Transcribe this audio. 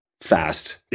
fast